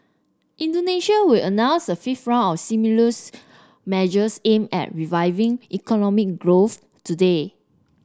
Indonesia will announce a fifth round of stimulus measures aimed at reviving economic growth today